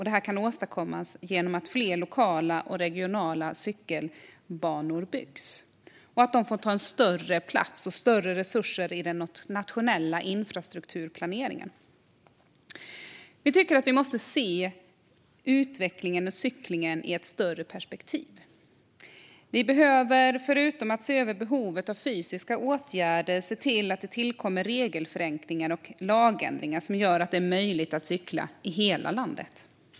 Detta kan åstadkommas genom att fler lokala och regionala cykelbanor byggs och att de får ta större plats och mer resurser i den nationella infrastrukturplaneringen. Vi tycker att man måste se cyklingen i ett större perspektiv. Förutom att se över behovet av fysiska åtgärder behöver vi se till att det tillkommer regelförenklingar och lagändringar som gör det möjligt att cykla i hela landet.